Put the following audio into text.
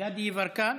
גדי יברקן,